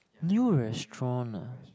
new restaurant nah